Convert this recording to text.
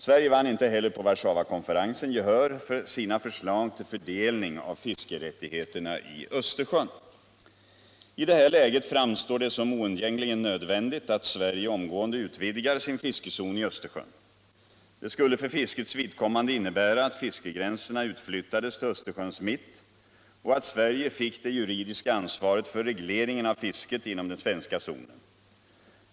Sverige vann inte heller på Warszawakonferensen gehör för sina förslag till fördelning av fiskerättigheterna i Östersjön. I detta läge framstår det som oundgängligen nödvändigt att Sverige utan dröjsmål vidgar sin fiskezon i Östersjön. Det skulle för fiskets vidkommande innebära att fiskegränserna utflyttades till Östersjöns mitt och att Sverige fick det juridiska ansvaret för regleringen av fisket inom den svenska zonen.